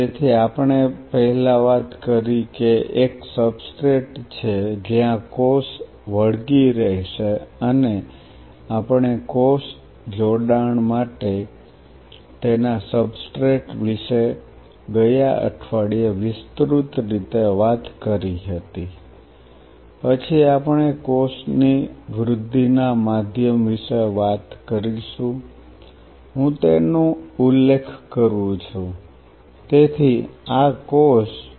તેથી આપણે પહેલા વાત કરી કે એક સબસ્ટ્રેટ છે જ્યાં કોષ વળગી રહેશે અને આપણે કોષ જોડાણ માટે તેના સબસ્ટ્રેટ વિશે ગયા અઠવાડિયે વિસ્તૃત રીતે વાત કરી હતી પછી આપણે કોષની વૃદ્ધિના માધ્યમ વિશે વાત કરીશું હું તેનો ઉલ્લેખ કરું છું તેથી આ કોષ છે